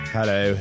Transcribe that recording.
Hello